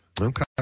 Okay